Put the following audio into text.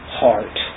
heart